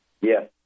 Yes